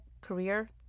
career